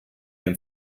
dem